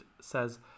says